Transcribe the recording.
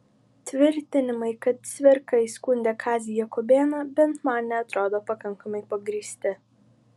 tvirtinimai kad cvirka įskundė kazį jakubėną bent man neatrodo pakankamai pagrįsti